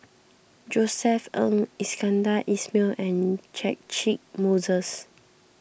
Josef Ng Iskandar Ismail and Moses